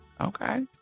Okay